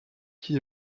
qui